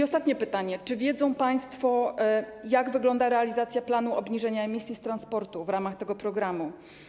Ostatnie pytanie: Czy wiedzą państwo, jak wygląda realizacja planu obniżenia emisji z transportu w ramach tego programu?